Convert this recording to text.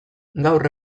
gaur